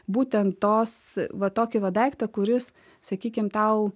būtent tos va tokį va daiktą kuris sakykim tau